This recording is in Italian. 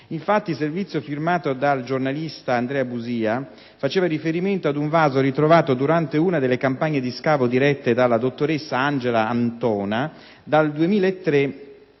Infatti il servizio, firmato dal giornalista Andrea Busia, faceva riferimento ad un vaso ritrovato durante una delle campagne di scavo dirette dalla dottoressa Angela Antona dal 2003